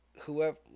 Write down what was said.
whoever